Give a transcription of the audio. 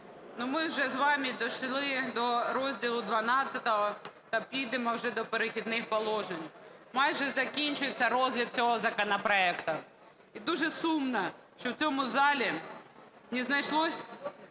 ми вже з вами дійшли до розділу ХІІ та підемо вже до "Перехідних положень". Майже закінчується розгляд цього законопроекту. І дуже сумно, що в цьому залі не знайшлося